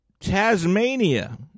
Tasmania